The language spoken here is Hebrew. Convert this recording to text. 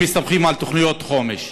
הם מסתמכים על תוכניות חומש.